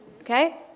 Okay